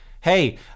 hey